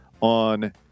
on